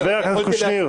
חבר הכנסת קושניר.